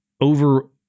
over –